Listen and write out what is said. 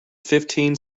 fifteen